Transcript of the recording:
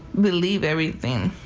believe everything.